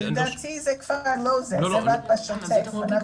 לדעתי זה כבר לא זה, זה --- שניה,